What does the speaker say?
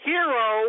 Hero